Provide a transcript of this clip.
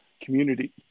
community